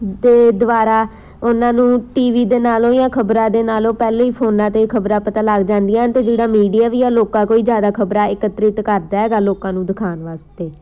'ਤੇ ਦੁਆਰਾ ਉਹਨਾਂ ਨੂੰ ਟੀ ਵੀ ਦੇ ਨਾਲੋਂ ਜਾਂ ਖਬਰਾਂ ਦੇ ਨਾਲੋਂ ਪਹਿਲਾਂ ਹੀ ਫੋਨਾਂ 'ਤੇ ਖਬਰਾਂ ਪਤਾ ਲੱਗ ਜਾਂਦੀਆਂ ਹਨ ਅਤੇ ਜਿਹੜਾ ਮੀਡੀਆ ਵੀ ਆ ਲੋਕਾਂ ਤੋਂ ਹੀ ਜ਼ਿਆਦਾ ਖਬਰਾਂ ਇਕੱਤ੍ਰਿਤ ਕਰਦਾ ਹੈਗਾ ਲੋਕਾਂ ਨੂੰ ਦਿਖਾਉਣ ਵਾਸਤੇ